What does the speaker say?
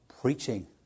preaching